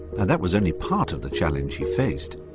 and that was only part of the challenge he faced.